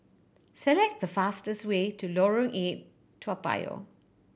select the fastest way to Lorong Eight Toa Payoh